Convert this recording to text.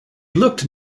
looked